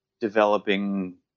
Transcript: developing